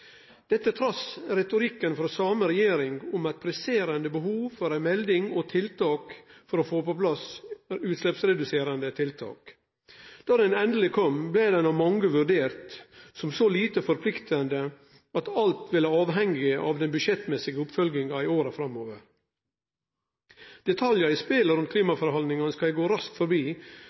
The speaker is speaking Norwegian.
dette trass i retorikken frå den same regjeringa om eit presserande behov for ei melding og tiltak for å få på plass utsleppsreduserande tiltak. Då ho endeleg kom, blei ho av mange vurdert som så lite forpliktande at alt ville avhenge av den budsjettmessige oppfølginga i åra framover. Detaljane i spelet rundt klimaforhandlingane skal eg gå raskt forbi,